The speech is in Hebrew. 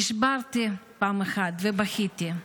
נשברתי פעם אחת ובכיתי,